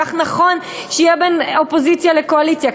כך נכון שיהיה בין אופוזיציה לקואליציה,